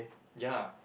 ya